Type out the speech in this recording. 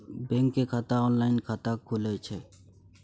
Bank मे online खाता खुले छै?